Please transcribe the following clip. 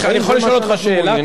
אני יכול לשאול אותך שאלה?